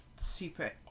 super